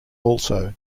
also